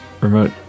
Remote